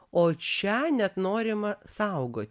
o čia net norima saugoti